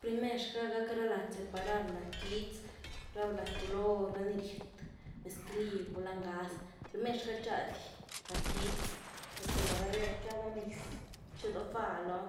Primer xga gak ra lady separar, lady quitz, ra lady color, ra ni riet, mezclill, gulá ngaz, primer xga txady lady quitz, loo th lavader txa doo niz, txe dpó fá lony,